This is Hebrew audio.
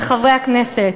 חברי הכנסת,